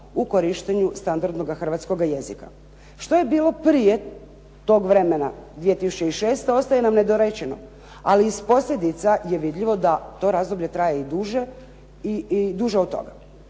u korištenju standardnoga hrvatskoga jezika. Što je bilo prije tog vremena 2006. ostaje nam nedorečeno, ali iz posljedica je vidljivo da to razdoblje traje i duže od toga.